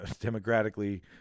democratically